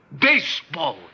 Baseball